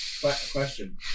Question